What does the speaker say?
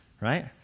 Right